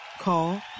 Call